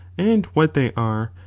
and what they are,